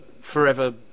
forever